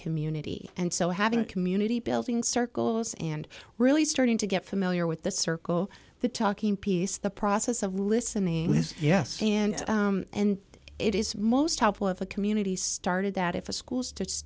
community and so having community building circles and really starting to get familiar with the circle the talking piece the process of listening yes and and it is most helpful if a community started that if a school